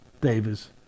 Davis